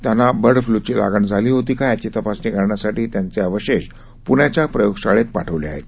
त्यांनाबर्डफ्लूचीलागणझालीहोतीका याचीतपासणीकरण्यासाठीत्यांचेअवशेषपूण्याच्याप्रयोगशाळेतपाठवलेआहेत